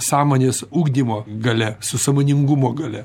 sąmonės ugdymo galia su sąmoningumo galia